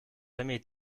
jamais